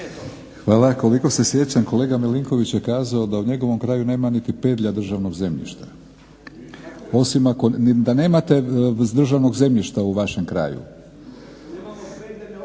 Hvala. Koliko se sjećam kolega Milinković je kazao da u njegovom kraju nema niti pedlja državnog zemljišta. Da nemate državnog zemljišta u vašem kraju.